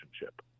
relationship